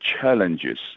challenges